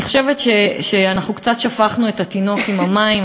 אני חושבת שאנחנו קצת שפכנו את התינוק עם המים.